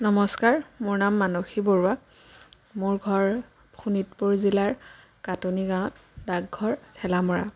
নমস্কাৰ মোৰ নাম মানসী বৰুৱা মোৰ ঘৰ শোণিতপুৰ জিলাৰ কাটনি গাঁৱত ডাকঘৰ ঠেলামৰা